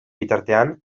bitartean